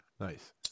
Nice